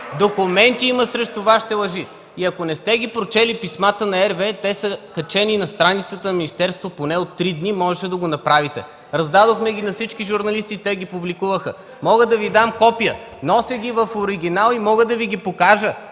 лъжи има документи! Ако не сте прочели писмата на RWE, те са качени на страницата на министерството поне от три дни, можехте да го направите. Раздадохме ги на всички журналисти и те ги публикуваха. Мога да Ви дам копия! Нося ги в оригинал и мога да Ви ги покажа!